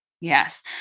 Yes